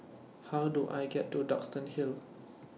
How Do I get to Duxton Hill